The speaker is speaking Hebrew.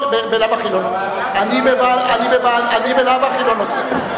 אני בלאו הכי לא נוסע.